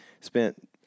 Spent